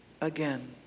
again